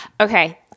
Okay